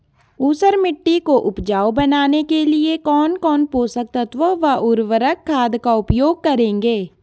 ऊसर मिट्टी को उपजाऊ बनाने के लिए कौन कौन पोषक तत्वों व उर्वरक खाद का उपयोग करेंगे?